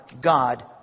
God